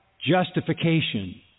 justification